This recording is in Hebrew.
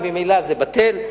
וממילא זה בטל.